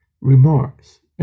remarks